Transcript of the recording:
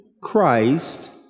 Christ